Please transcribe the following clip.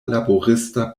laborista